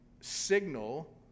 signal